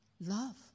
Love